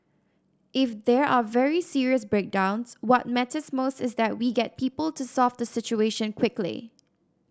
if there are very serious breakdowns what matters most is that we get people to solve the situation quickly